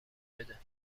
بده